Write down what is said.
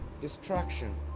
distraction